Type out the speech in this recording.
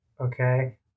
Okay